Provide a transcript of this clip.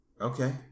Okay